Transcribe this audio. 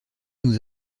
nous